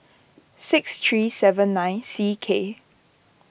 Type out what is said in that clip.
six three seven nine C K